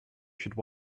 should